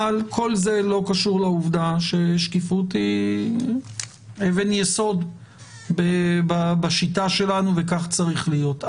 כל זה לא קשור לעובדה ששקיפות היא אבן יסוד בשיטה שלנו וכך צריך להיות.